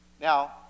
now